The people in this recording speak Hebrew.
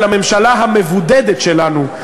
של הממשלה המבודדת שלנו,